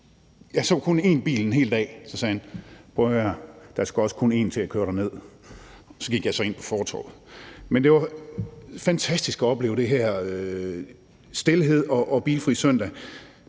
jeg så kun én bil en hel dag. Så sagde han: Prøv at høre her, der skal også kun én til at køre dig ned. Så gik jeg ind på fortovet. Men det var fantastisk at opleve den her stilhed og de bilfri søndage.